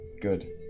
good